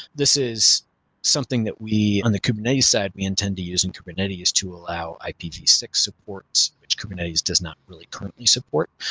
this is something that we on the kubernetes side, we intend to use in kubernetes to allow i p v six support which kubernetes does not really currently support.